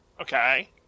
Okay